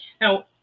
Now